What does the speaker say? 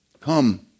Come